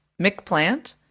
McPlant